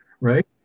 right